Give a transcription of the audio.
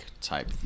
type